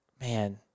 man